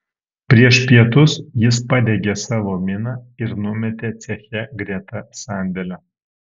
prieš pietus jis padegė savo miną ir numetė ceche greta sandėlio